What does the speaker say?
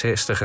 60